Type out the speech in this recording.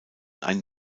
ein